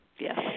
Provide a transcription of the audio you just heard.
Yes